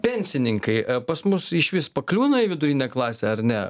pensininkai pas mus išvis pakliūna į vidurinę klasę ar ne